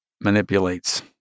manipulates